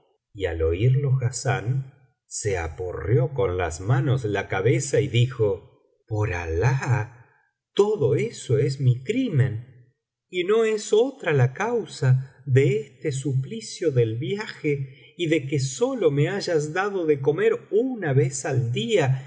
y al oírlo hassán se aporreó con las manos la cabeza y dijo por alah todo eso es mi crimen y no es otra la causa de este suplicio del viaje y de que sólo me hayas dado de comer una vez al día